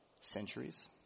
centuries